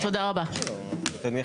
הישיבה ננעלה בשעה 10:30.